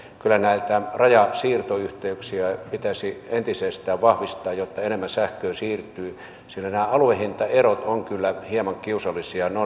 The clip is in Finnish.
kyllä näitä rajasiirtoyhteyksiä pitäisi entisestään vahvistaa jotta enemmän sähköä siirtyy sillä nämä aluehintaerot ovat kyllä hieman kiusallisia ne